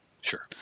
Sure